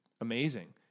amazing